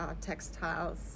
textiles